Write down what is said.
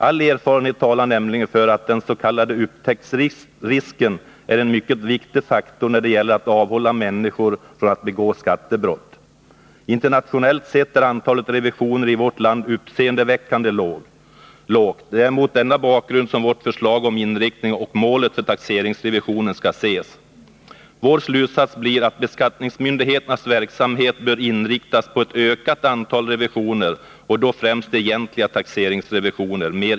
All erfarenhet talar nämligen för att den s.k. upptäcktsrisken är en mycket viktig faktor när det gäller att avhålla människor från att begå skattebrott. Internationellt sett är antalet revisioner i vårt land uppseendeväckande lågt. Det är mot denna bakgrund som vårt förslag om inriktningen av och målet för taxeringsrevisionen skall ses. Vår slutsats blir att beskattningsmyndigheternas verksamhet bör inriktas på ett ökat antal revisioner och då främst egentliga taxeringsrevisioner.